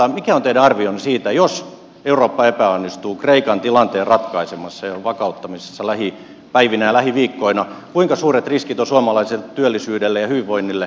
mikä on teidän arvionne siitä että jos me epäonnistumme jos eurooppa epäonnistuu kreikan tilanteen ratkaisemisessa ja vakauttamisessa lähipäivinä ja lähiviikkoina kuinka suuret riskit siitä on suomalaiselle työllisyydelle ja hyvinvoinnille